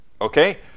okay